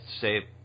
say